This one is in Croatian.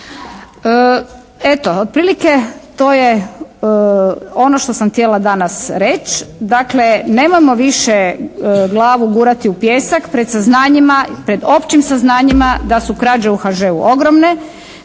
Eto, otprilike to je ono što sam htjela danas reći. Dakle nemojmo više glavu gurati u pijesak pred saznanjima, pred općim saznanjima da su krađe u HŽ-u ogromne.